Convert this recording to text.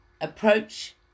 approach